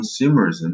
consumerism